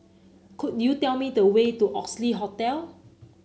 could you tell me the way to Oxley Hotel